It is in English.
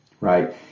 Right